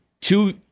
two